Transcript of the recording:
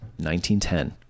1910